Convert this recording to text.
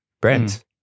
brands